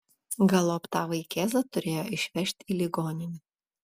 galop tą vaikėzą turėjo išvežti į ligoninę